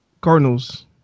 Cardinals